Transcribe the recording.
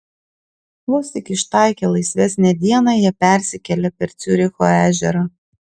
vos tik ištaikę laisvesnę dieną jie persikelia per ciuricho ežerą